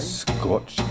scotch